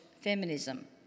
feminism